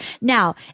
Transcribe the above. now